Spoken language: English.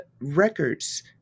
records